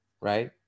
right